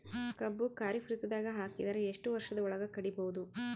ಕಬ್ಬು ಖರೀಫ್ ಋತುದಾಗ ಹಾಕಿದರ ಎಷ್ಟ ವರ್ಷದ ಒಳಗ ಕಡಿಬಹುದು?